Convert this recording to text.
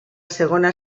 segona